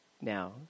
now